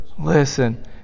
Listen